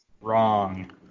Wrong